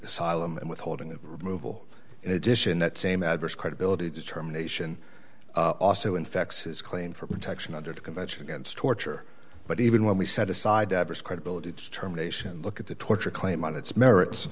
asylum and withholding of removal in addition that same adverse credibility determination also infects his claim for protection under the convention against torture but even when we set aside the adverse credibility terminations look at the torture claim on its merits